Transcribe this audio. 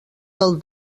del